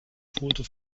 bruder